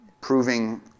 proving